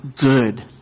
good